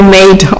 made